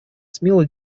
смело